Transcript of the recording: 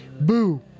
Boo